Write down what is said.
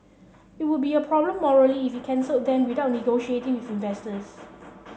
it would be a problem morally if it cancelled them without negotiating with investors